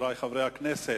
חברי חברי הכנסת,